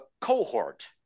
cohort